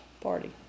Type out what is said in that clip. party